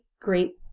great